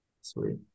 Sweet